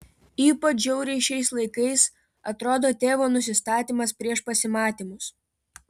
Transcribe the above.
ypač žiauriai šiais laikais atrodo tėvo nusistatymas prieš pasimatymus